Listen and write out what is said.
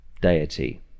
Deity